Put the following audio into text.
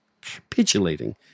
capitulating